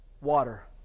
Water